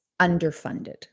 underfunded